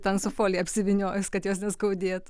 ten su folija apsivyniojus kad jos neskaudėtų